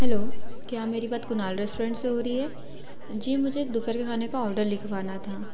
hello क्या मेरी बात कुणाल रेस्टोरेंट से हो रही है जी मुझे दोपहर के खाने का आर्डर लिखवाना था